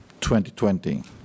2020